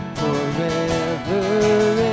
forever